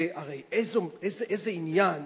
הרי איזה עניין